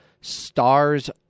stars